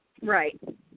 Right